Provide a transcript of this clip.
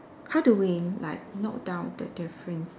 how do we like note down the difference